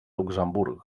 luxemburg